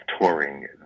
touring